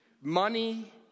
money